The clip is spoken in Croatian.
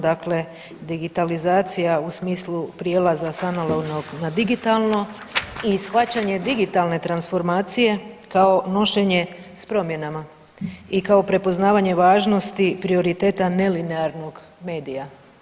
Dakle, digitalizacija u smislu prijelaza s analognog na digitalno i shvaćanje digitalne transformacije kao nošenje s promjenama i kao prepoznavanje važnosti prioriteta nelinearnog medija.